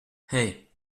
hei